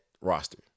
roster